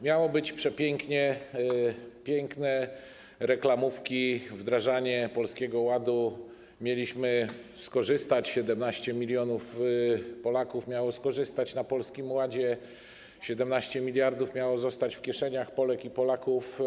Miało być przepięknie - piękne reklamówki, wdrażanie Polskiego Ładu, mieliśmy skorzystać, 17 mln Polaków miało skorzystać na Polskim Ładzie, 17 mld miało zostać w kieszeniach Polek i Polaków.